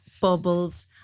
bubbles